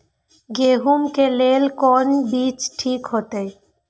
गेहूं के लेल कोन बीज ठीक होते?